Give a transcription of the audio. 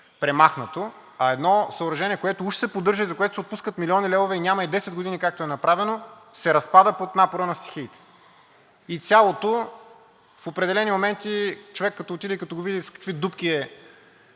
а едно съоръжение, което уж се поддържа и за което се отпускат милиони левове, няма и 10 години откакто е направено, се разпада под напора на стихиите. И цялото в определени моменти, човек като отиде и като го види с какви дупки е